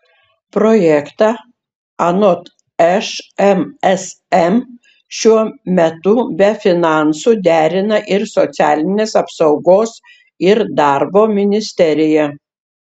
projektą anot šmsm šiuo metu be finansų derina ir socialinės apsaugos ir darbo ministerija